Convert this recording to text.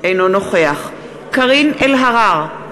אינו נוכח קארין אלהרר,